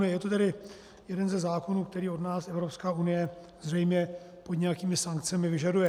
Je to tedy jeden ze zákonů, který od nás Evropská unie zřejmě pod nějakými sankcemi vyžaduje.